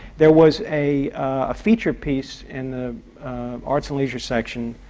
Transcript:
there was a ah feature piece in the arts and leisure section,